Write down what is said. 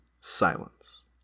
silence